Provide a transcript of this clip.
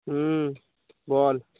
বল